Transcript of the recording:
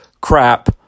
crap